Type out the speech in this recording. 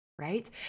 Right